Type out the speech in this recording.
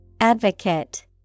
Advocate